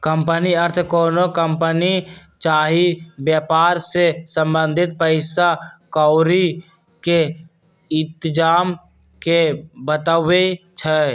company अर्थ कोनो company चाही वेपार से संबंधित पइसा क्औरी के इतजाम के बतबै छइ